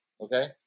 Okay